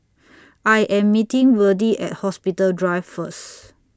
I Am meeting Verdie At Hospital Drive First